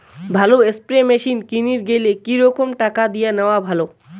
ভালো spray machine কিনির গেলে কি রকম টাকা দিয়া নেওয়া ভালো?